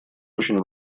очень